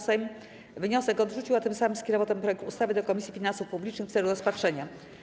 Sejm wniosek odrzucił, a tym samym skierował ten projekt ustawy do Komisji Finansów Publicznych w celu rozpatrzenia.